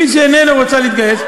מי שאיננה רוצה להתגייס,